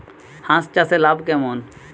হাঁস চাষে লাভ কেমন?